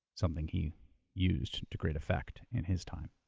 something he used to great effect in his time.